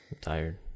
tired